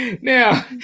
Now